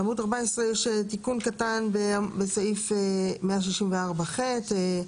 יש תיקון בסעיף 164(ח)